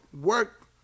work